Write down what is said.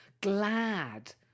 glad